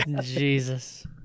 Jesus